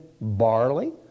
barley